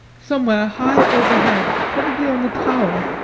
somewhere high overhead, probably on the tower,